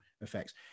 effects